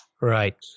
Right